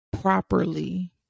properly